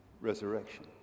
resurrection